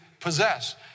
possess